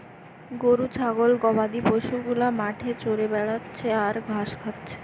গরু ছাগল গবাদি পশু গুলা মাঠে চরে বেড়াচ্ছে আর ঘাস খাচ্ছে